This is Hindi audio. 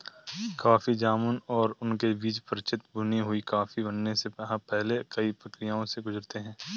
कॉफी जामुन और उनके बीज परिचित भुनी हुई कॉफी बनने से पहले कई प्रक्रियाओं से गुजरते हैं